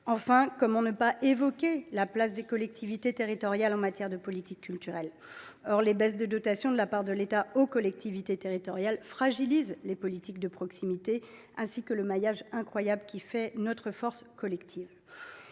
Enfin, comment ne pas évoquer la place des collectivités territoriales en matière de politiques culturelles ? Or les baisses des dotations de l’État aux collectivités territoriales fragilisent les politiques de proximité, ainsi que le maillage incroyable qui fait notre force collective.